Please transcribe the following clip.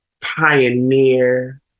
pioneer